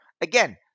Again